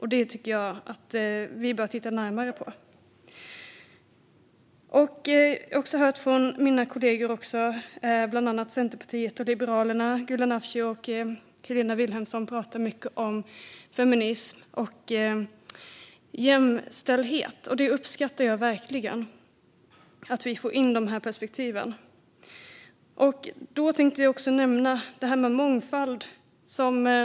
Det tycker jag att vi bör titta närmare på. Jag har också hört mina kollegor Gulan Avci från Liberalerna och Helena Vilhelmsson från Centerpartiet prata mycket om feminism och jämställdhet. Jag uppskattar verkligen att vi får in de perspektiven. Då vill jag också nämna detta med mångfald.